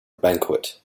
banquet